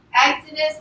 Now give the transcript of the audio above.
Exodus